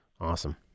Awesome